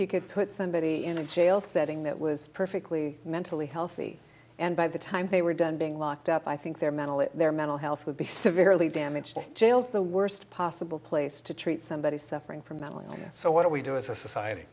you could put somebody in a jail setting that was perfectly mentally healthy and by the time they were done being locked up i think their mentally their mental health would be severely damaged or jails the worst possible place to treat somebody suffering from mental illness so what do we do as a society